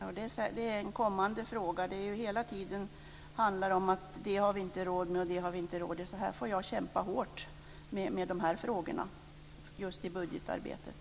Fru talman! Det är en kommande fråga. Det hänvisas hela tiden till att vi inte har råd med det ena och det andra. Jag får kämpa hårt med de här frågorna i budgetarbetet.